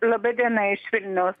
laba diena iš vilniaus